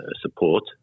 support